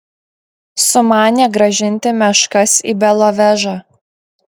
sumanė grąžinti meškas į belovežą